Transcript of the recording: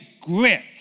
grit